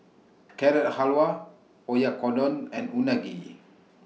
Carrot Halwa Oyakodon and Unagi